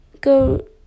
go